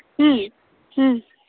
ᱦᱮᱸ ᱦᱮᱸ